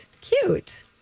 Cute